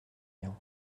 riant